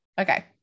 okay